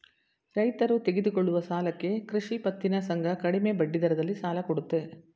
ರೈತರು ತೆಗೆದುಕೊಳ್ಳುವ ಸಾಲಕ್ಕೆ ಕೃಷಿ ಪತ್ತಿನ ಸಂಘ ಕಡಿಮೆ ಬಡ್ಡಿದರದಲ್ಲಿ ಸಾಲ ಕೊಡುತ್ತೆ